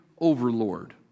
Overlord